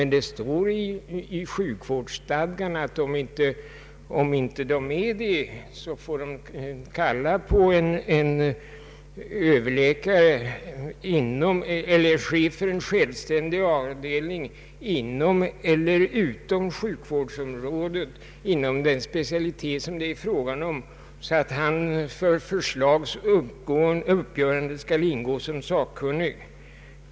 I sjukvårdsstadgan föreskrivs emellertid att om de inte är sakkunniga i allt får de kalla på chefen för en självständig avdelning inom eller utom sjukvårdsområdet inom den specialitet som det är fråga om så att han för förslags avgivande skall ingå som sakkunnig.